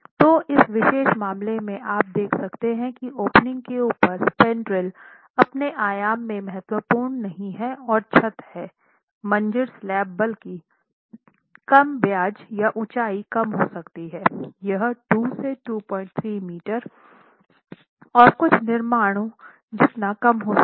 तो इस विशेष मामले में आप देख सकते हैं कि ओपनिंग के ऊपर स्पैन्ड्रेल अपने आयाम में महत्वपूर्ण नहीं है और छत है मंज़िल स्लैब बल्कि कम ब्याज या ऊंचाई कम हो सकती है यह 2 23 मीटर और कुछ निर्माणों जितना कम हो सकता है